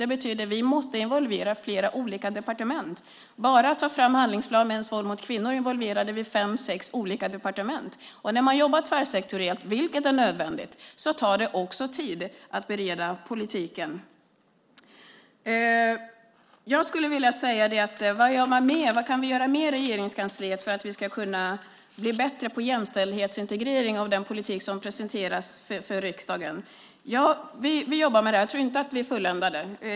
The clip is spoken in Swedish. Det betyder att vi måste involvera flera olika departement. Bara att ta fram handlingsplanen Mäns våld mot kvinnor involverade fem sex departement. När man jobbar tvärsektoriellt, vilket är nödvändigt, tar det tid att bereda politiken. Vad kan vi i Regeringskansliet göra mer för att bli bättre på jämställdhetsintegrering i den politik som presenteras för riksdagen? Vi jobbar med detta. Jag tror inte att vi är fulländade.